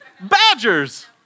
Badgers